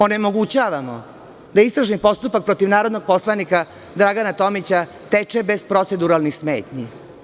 Onemogućavamo da istražni postupak protiv narodnog poslanika Dragana Tomića teče bez proceduralnih smetnji.